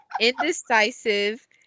Indecisive